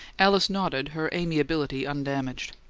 alice nodded, her amiability undamaged.